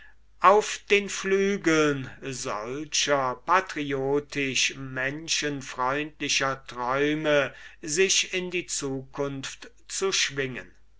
auf den flügeln patriotischmenschenfreundlicher träume in die zunkunft zu schwingen